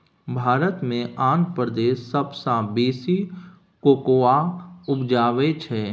भारत मे आंध्र प्रदेश सबसँ बेसी कोकोआ उपजाबै छै